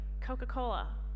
Coca-Cola